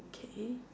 okay